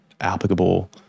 applicable